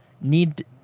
Need